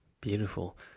beautiful